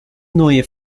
neue